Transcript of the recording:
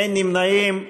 אין נמנעים.